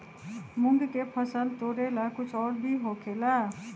मूंग के फसल तोरेला कुछ और भी होखेला?